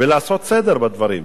ולעשות סדר בדברים.